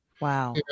wow